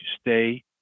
stay